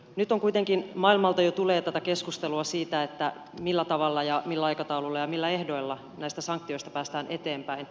nyt kuitenkin maailmalta jo tulee tätä keskustelua siitä millä tavalla ja millä aikataululla ja millä ehdoilla näistä sanktioista päästään eteenpäin